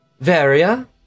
Varia